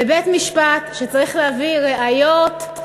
בבית-משפט צריך להביא ראיות,